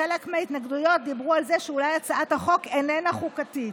בחלק מההתנגדויות דיברו על זה שאולי הצעת החוק איננה חוקתית,